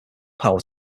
power